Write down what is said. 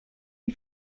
die